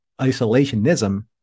isolationism